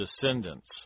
descendants